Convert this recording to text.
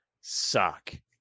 suck